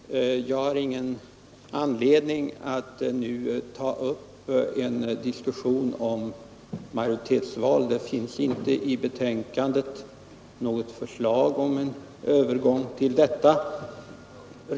Herr talman! Jag har ingen anledning att nu ta upp en diskussion om majoritetsval. I utskottets betänkande finns det inte något förslag om en övergång till sådana val.